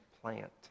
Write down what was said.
plant